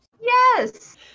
Yes